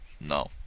No